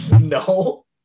No